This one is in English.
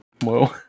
Whoa